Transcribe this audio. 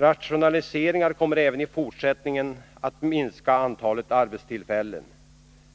Rationaliseringar kommer även i fortsättningen att minska antalet arbetstillfällen.